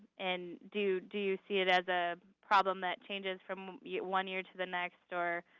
and do do you see it as a problem that changes from one year to the next? or